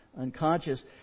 unconscious